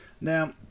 Now